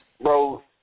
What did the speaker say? bro